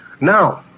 Now